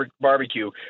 barbecue